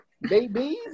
babies